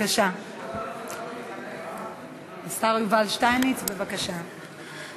השר יובל שטייניץ, בבקשה.